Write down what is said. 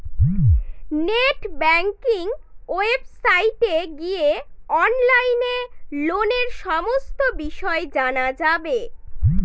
net banking ওয়েবসাইটে গিয়ে অনলাইনে লোনের সমস্ত বিষয় জানা যাবে